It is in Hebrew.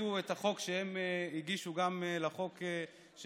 הצמידו את החוק שהם הגישו לחוק שלי.